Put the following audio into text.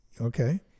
Okay